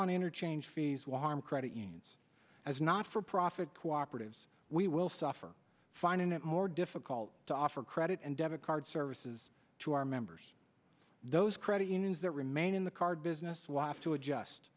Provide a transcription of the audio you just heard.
on interchange fees wire credit unions as not for profit cooperatives we will suffer finding it more difficult to offer credit and debit card services to our members those credit unions that remain in the card business was to adjust